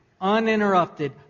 uninterrupted